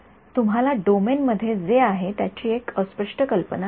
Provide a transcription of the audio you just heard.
तुम्हाला डोमेन मध्ये जे आहे त्याची एक अस्पष्ट कल्पना मिळेल